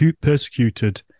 persecuted